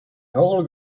all